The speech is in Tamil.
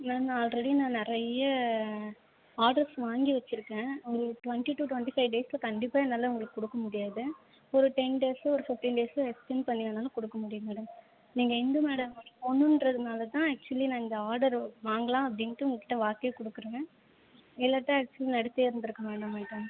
இல்லை நான் ஆல்ரெடி நான் நிறைய ஆடர்ஸ் வாங்கி வச்சுருக்கேன் உங்களுக்கு டுவென்ட்டி டூ டுவென்ட்டி ஃபைவ் டேஸ்ஸில் கண்டிப்பாக என்னால் உங்களுக்கு கொடுக்க முடியாது ஒரு டென் டேஸ்ஸு ஒரு ஃபிஃப்டின் டேஸ்ஸு எக்ஸ்டென் பண்ணி வேணாலும் கொடுக்க முடியும் மேடம் நீங்கள் இந்து மேடமோடய பொண்ணுன்றதுனாலே தான் ஆக்சுவலி நான் இந்த ஆடர் வாங்கலாம் அப்படின்ட்டு உங்ககிட்ட வாக்கே கொடுக்குறேன் இல்லாட்டால் ஆக்சுவலி நான் எடுத்தே இருந்துருக்க மாட்டேன் மேடம்